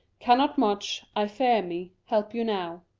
cannot much, i fear me, help you now.